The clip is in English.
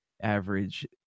average